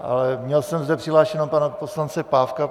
Ale měl jsem zde přihlášeného pana poslance Pávka.